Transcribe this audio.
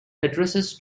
addresses